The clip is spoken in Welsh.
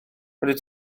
wyt